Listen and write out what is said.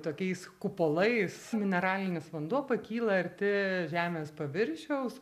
tokiais kupolais mineralinis vanduo pakyla arti žemės paviršiaus